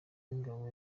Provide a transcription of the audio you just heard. w’ingabo